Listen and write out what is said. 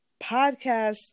podcast